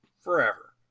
forever